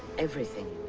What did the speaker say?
everything.